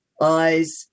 eyes